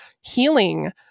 healing